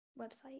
website